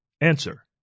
Answer